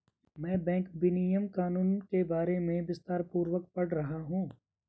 मैं बैंक विनियमन कानून के बारे में विस्तारपूर्वक पढ़ रहा हूं